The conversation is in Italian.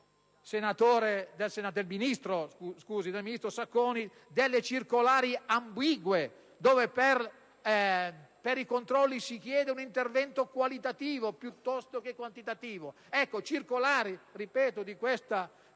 del ministro Sacconi, delle circolari ambigue dove per i controlli si chiede un intervento qualitativo piuttosto che quantitativo. A mio modo di vedere,